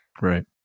Right